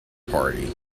party